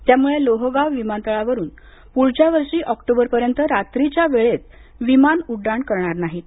त्यामुळे लोहगाव विमानतळावरून पुढच्या वर्षी ऑक्टोबरपर्यंत रात्रीच्या वेळेत विमान उड्डाण करणार नाहीत